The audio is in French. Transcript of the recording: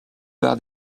par